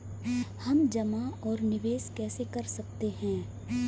हम जमा और निवेश कैसे कर सकते हैं?